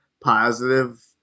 positive